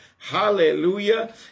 Hallelujah